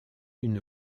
une